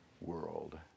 world